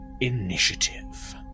initiative